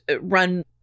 run